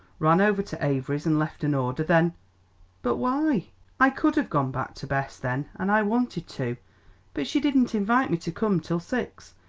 ran over to avery's and left an order, then but why i could have gone back to bess then, and i wanted to but she didn't invite me to come till six,